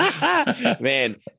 Man